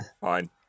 Fine